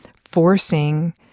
forcing